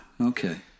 okay